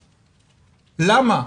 למה?